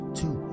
two